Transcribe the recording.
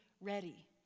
ready